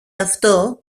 αυτό